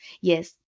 yes